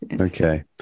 Okay